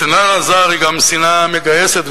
השנאה לזר היא גם שנאה מגייסת,